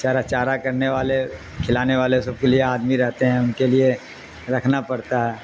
چارا چارہ کرنے والے کھلانے والے سب کے لیے آدمی رہتے ہیں ان کے لیے رکھنا پڑتا ہے